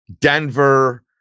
Denver